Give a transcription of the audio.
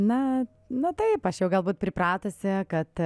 na na taip aš jau galbūt pripratusi kad